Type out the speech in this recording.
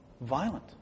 violent